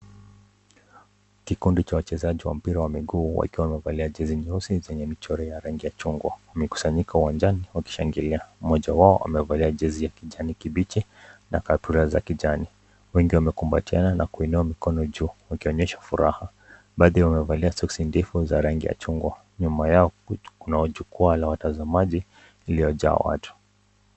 Kikundi cha wachezaji wa mpira wa miguu wakiwa wamevalia jezi nyeusi zenye michoro za rangi ya chungwa , wamekusanyika uwanjani wakishangilia . Mmoja wao amevalia jezi ya kijani kibichi na kaptura za kijani . Wengi wamekumbatiana na kuinua mikono juu wakionyesha furaha . Baadhi yao wamevalia soksi ndefu za rangi ya chungwa . Nyuma yao kuna jukwaa la watazamaji iliyojaa watu .